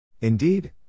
Indeed